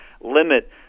limit